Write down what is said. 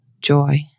joy